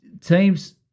Teams